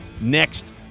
next